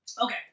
Okay